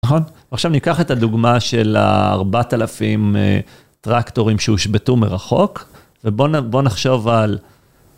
נכון? עכשיו ניקח את הדוגמה של 4,000 טרקטורים שהושבתו מרחוק ובואו נחשוב על...